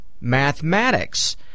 mathematics